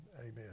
Amen